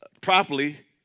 Properly